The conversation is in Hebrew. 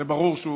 זה ברור,